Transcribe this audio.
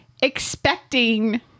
expecting